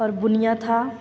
और बुनिया था